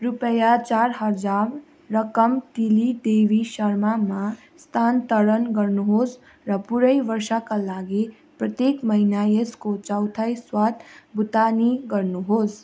रुपैयाँ चार हजार रकम तिली देवी शर्मामा स्थानान्तरण गर्नुहोस् र पुरै वर्षका लागि प्रत्येक महिना यसको चौथाइ स्वतः भुक्तानी गर्नुहोस्